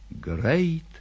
great